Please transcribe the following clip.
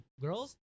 girls